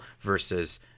versus